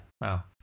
Wow